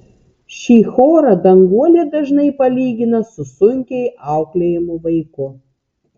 šį chorą danguolė dažnai palygina su sunkiai auklėjamu vaiku